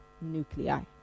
nuclei